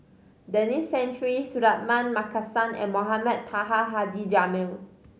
Denis Santry Suratman Markasan and Mohamed Taha Haji Jamil